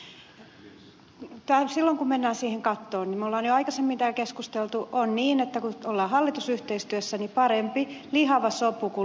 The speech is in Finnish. silloin kun mennään siihen kattoon me olemme jo aikaisemmin täällä keskustelleet on niin että kun ollaan hallitusyhteistyössä parempi lihava sopu kuin loputon riitely